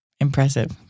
Impressive